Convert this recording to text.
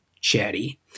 Chatty